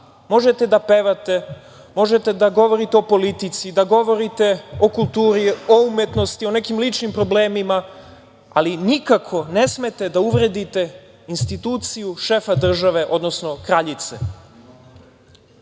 možete da pevate, možete da govorite o politici, da govorite o kulturi, o umetnosti, o nekim ličnim problemima, ali nikako ne smete da uvredite instituciju šefa države, odnosno kraljice. Kod